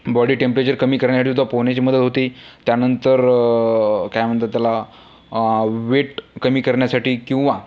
body temperature कमी करण्यासाठी सुद्धा पोहण्याची मदत होते त्यानंतर काय म्हणतात त्याला वेट कमी करण्यासाठी किंवा